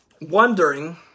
wondering